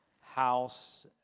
house